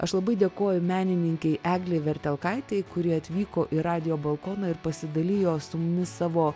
aš labai dėkoju menininkei eglei vertelkaitei kuri atvyko į radijo balkoną ir pasidalijo su mumis savo